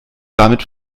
damit